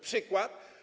Przykład?